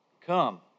Come